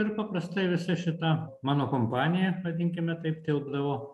ir paprastai visa šita mano kompanija vadinkime taip tilpdavo